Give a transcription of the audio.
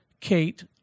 Kate